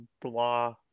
blah